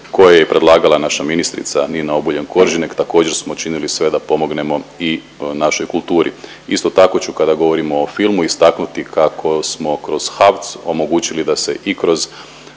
koje je predlagala naša ministrica Nina Obuljen Koržinek, također smo činili sve da pomognemo i našoj kulturi. Isto tako ću kada govorimo o filmu istaknuti kako smo kroz HAVC omogućili da se i kroz